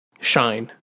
shine